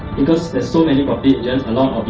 because there's so many property agents, a lot